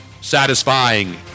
satisfying